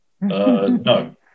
no